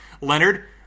Leonard